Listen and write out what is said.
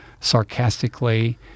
sarcastically